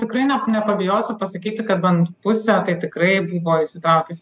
tikrai ne nepabijosiu pasakyti kad bent pusė tai tikrai buvo įsitraukusi